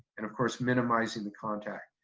and of course, minimizing the contact.